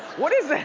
what is that?